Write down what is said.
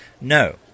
No